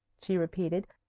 she repeated,